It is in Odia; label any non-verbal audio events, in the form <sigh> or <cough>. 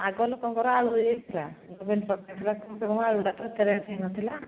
ଆଗ ଲୋକଙ୍କର ଆଳୁ ହୋଇଥିଲା ଗମେଣ୍ଟ ପକେଇ ଥିଲା <unintelligible> ଆଳୁଟା ତ ଏତେ ରେଟ୍ ହୋଇନଥିଲା